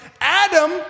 Adam